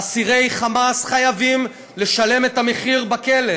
אסירי "חמאס" חייבים לשלם את המחיר בכלא.